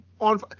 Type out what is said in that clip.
on